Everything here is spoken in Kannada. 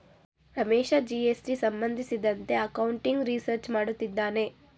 ರಮೇಶ ಜಿ.ಎಸ್.ಟಿ ಸಂಬಂಧಿಸಿದಂತೆ ಅಕೌಂಟಿಂಗ್ ರಿಸರ್ಚ್ ಮಾಡುತ್ತಿದ್ದಾನೆ